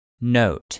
Note